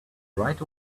right